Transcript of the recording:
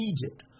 Egypt